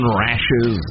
rashes